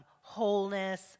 wholeness